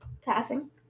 passing